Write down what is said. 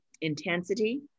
intensity